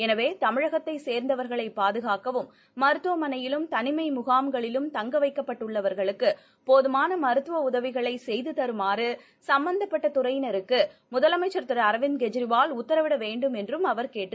எனவே தமிழகத்தை சேர்ந்தவர்களை பாதுகாக்கவும் மருத்துவமனையிலும் தனிமை முகாம்களிலும் தங்க வைக்கப்பட்டுள்ளவர்களுக்கு போதுமான மருத்துவ உதவிகளை செய்து தருமாறு சும்பந்தப்பட்ட துறையினருக்கு முதலமைச்ச் திரு அரவிந்த் கெஜ்ரிவால் உத்தரவிட வேண்டும் என்றும் அவர் கேட்டுக் கொண்டுள்ளார்